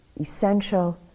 essential